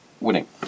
winning